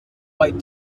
white